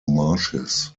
marshes